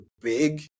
big